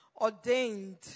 ordained